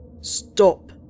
Stop